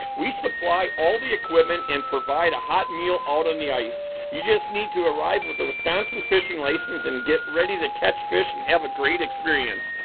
we supply all the equipment, and provide a hot meal out on the ice. you just need to arrive with a wisconsin fishing license and get ready to catch fish and have a great experience!